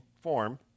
form